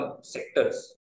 sectors